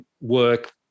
work